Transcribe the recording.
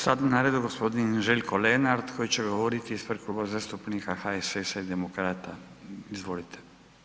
Sad je na redu g. Željko Lenart koji će govoriti ispred Kluba zastupnika HSS-a i Demokrata, izvolite.